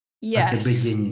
Yes